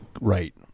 right